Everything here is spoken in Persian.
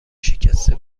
شکسته